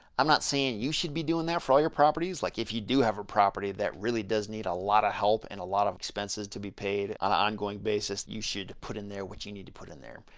i'm not saying you should be doing that for all your properties. like if you do have a property that really does need a lot of help and a lot of expenses to be paid on a ongoing basis you should put in there what you need to put in there.